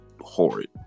horrid